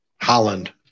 Holland